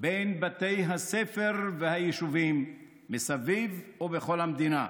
בין בתי הספר ביישובים מסביב ובכל המדינה.